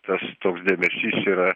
tas toks dėmesys yra